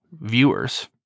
viewers